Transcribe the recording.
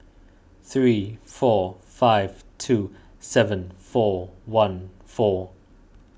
three four five two seven four one four